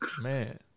Man